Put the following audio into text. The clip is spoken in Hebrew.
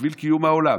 בשביל קיום העולם.